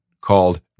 called